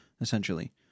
essentially